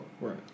Right